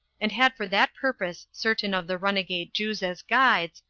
and had for that purpose certain of the runagate jews as guides,